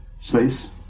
space